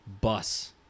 bus